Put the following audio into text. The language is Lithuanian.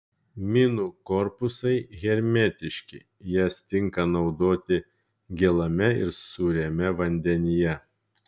minų korpusai hermetiški jas tinka naudoti gėlame ir sūriame vandenyje